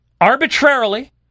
arbitrarily